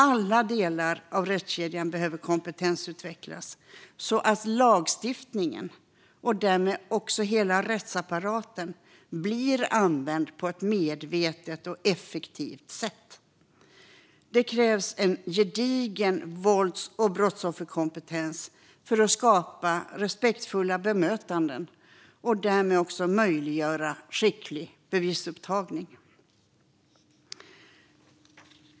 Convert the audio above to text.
Alla delar av rättskedjan behöver kompetensutvecklas så att lagstiftningen och därmed också hela rättsapparaten blir använd på ett medvetet och effektivt sätt. Det krävs en gedigen vålds och brottsofferkompetens för att skapa respektfulla bemötanden och därmed också möjliggöra skicklig bevisupptagning.